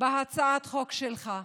בהצעת החוק שלך.